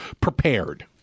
prepared